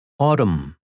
Autumn